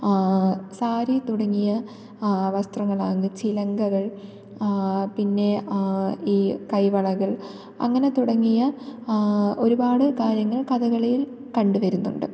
സാരി തുടങ്ങിയ വസ്ത്രങ്ങളാണ് ചിലങ്കകൾ പിന്നെ ഈ കൈവളകൾ അങ്ങനെ തുടങ്ങിയ ഒരുപാട് കാര്യങ്ങൾ കഥകളിയിൽ കണ്ടുവരുന്നുണ്ട്